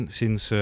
sinds